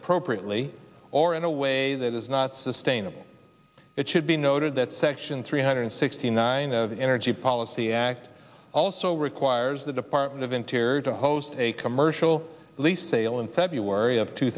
appropriately or in a way that is not sustainable it should be noted that section three hundred sixty nine of the energy policy act also requires the department of interior to host a commercial least sale in february of two